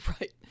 Right